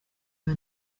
bwa